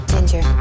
Ginger